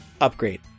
upgrade